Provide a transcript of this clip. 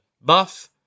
buff